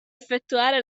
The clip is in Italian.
effettuare